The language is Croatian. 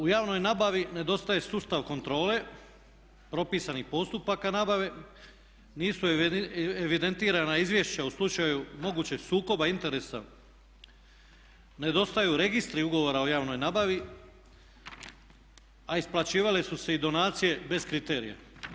U javnoj nabavi nedostaje sustav kontrole propisanih postupaka nabave, nisu evidentirana izvješća u slučaju mogućeg sukoba interesa, nedostaju registri ugovora o javnoj nabavi a isplaćivale su se i donacije bez kriterija.